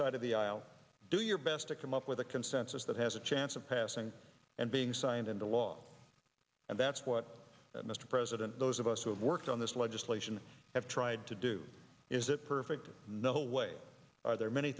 side of the aisle do your best to come up with a consensus that has a chance of passing and being signed into law and that's what mr president those of us who have worked on this legislation have tried to do is it perfect no way are there many